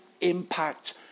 impact